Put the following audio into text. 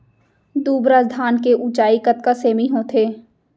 दुबराज धान के ऊँचाई कतका सेमी होथे?